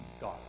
God